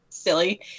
silly